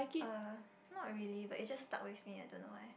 uh not really but it just stuck with me I don't know why